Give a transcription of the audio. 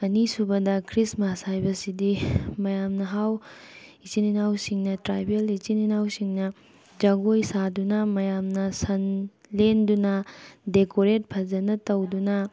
ꯑꯅꯤꯁꯨꯕꯗ ꯈ꯭ꯔꯤꯁꯃꯥꯁ ꯍꯥꯏꯕꯁꯤꯗꯤ ꯃꯌꯥꯝꯅ ꯍꯥꯎ ꯏꯆꯤꯜ ꯏꯅꯥꯎꯁꯤꯡꯅ ꯇ꯭ꯔꯥꯏꯕꯦꯜ ꯏꯆꯤꯜ ꯏꯅꯥꯎꯁꯤꯡꯅ ꯖꯒꯣꯏ ꯁꯥꯗꯨꯅ ꯃꯌꯥꯝꯅ ꯁꯟ ꯂꯦꯟꯗꯨꯅ ꯗꯦꯀꯣꯔꯦꯠ ꯐꯖꯅ ꯇꯧꯗꯨꯅ